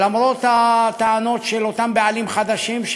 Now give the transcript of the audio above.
שלמרות הטענות של אותם בעלים חדשים,